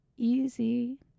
Easy